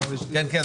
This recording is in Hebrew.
כן,